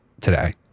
today